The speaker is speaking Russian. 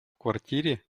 квартире